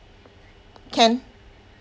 can